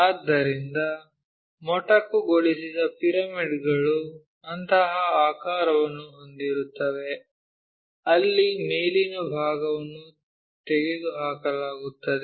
ಆದ್ದರಿಂದ ಮೊಟಕುಗೊಳಿಸಿದ ಪಿರಮಿಡ್ ಗಳು ಅಂತಹ ಆಕಾರವನ್ನು ಹೊಂದಿರುತ್ತವೆ ಅಲ್ಲಿ ಮೇಲಿನ ಭಾಗವನ್ನು ತೆಗೆದುಹಾಕಲಾಗುತ್ತದೆ